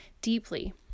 deeply